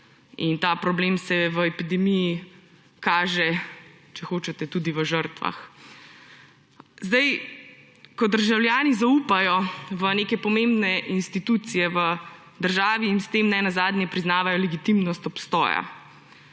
in ta problem se v epidemiji kaže, če hočete, tudi v žrtvah. Ko državljani zaupajo v neke pomembne institucije v državi, s tem nenazadnje priznavajo legitimnost obstoja;